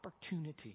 opportunity